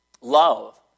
Love